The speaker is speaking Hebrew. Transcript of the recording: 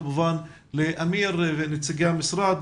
כמובן לאמיר ונציגי המשרד,